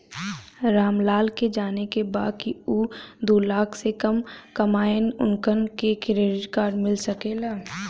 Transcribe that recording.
राम लाल के जाने के बा की ऊ दूलाख से कम कमायेन उनका के क्रेडिट कार्ड मिल सके ला?